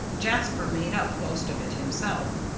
jasper made up most of it himself.